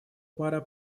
пора